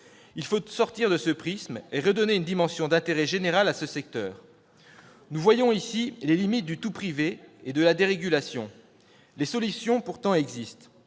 Il faut sortir de ce prisme et redonner une dimension d'intérêt général à ce secteur. Nous voyons ici les limites du tout-privé et de la dérégulation. Les solutions existent